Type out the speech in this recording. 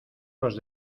los